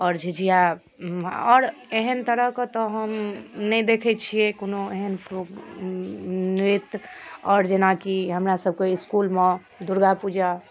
आओर झिझिया आओर एहन तरहके तऽ हम नहि देखै छियै कोनो एहन नृत्य आओर जेनाकी हमरा सब के इसकुलमे दुर्गापूजा